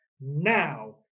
Now